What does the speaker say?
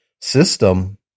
system